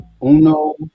uno